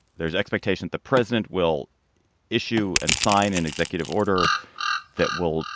there's expectation the president will issue and sign an executive order that will